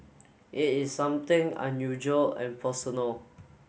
it is something unusual and personal